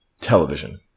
Television